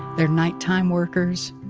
they're nighttime workers.